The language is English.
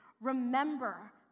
remember